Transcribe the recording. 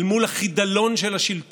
אל מול החידלון של השלטון,